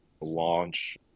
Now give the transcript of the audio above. launch